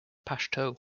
pashto